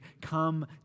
come